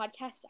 podcast